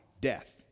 death